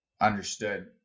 Understood